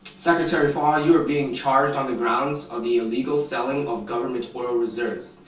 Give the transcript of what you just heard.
secretary fall you're being charged on the grounds of the illegal selling of government oil reserves.